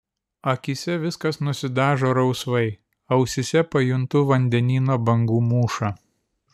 akyse viskas nusidažo rausvai ausyse pajuntu vandenyno bangų mūšą